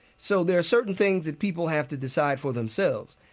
so there are certain things that people have to decide for themselves.